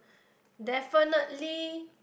definitely